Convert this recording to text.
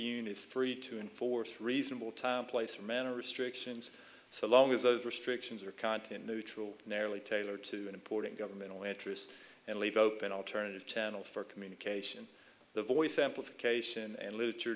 is free to enforce reasonable time place and manner restrictions so long as those restrictions are content neutral narrowly tailored to an important governmental interest and leave open alternative channels for communication the voice amplification and literature